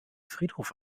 friedhof